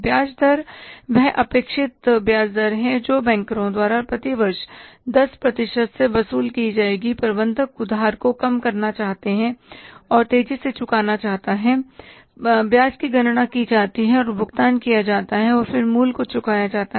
ब्याज दर वह अपेक्षित ब्याज दर है जो बैंकरों द्वारा प्रति वर्ष 10 प्रतिशत से वसूल की जाएगी प्रबंधक उधार को कम करना चाहते है और तेजी से चुकाना चाहता है ब्याज की गणना की जाती है और भुगतान किया जाता है फिर मूल को चुकाया जाता है